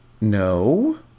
No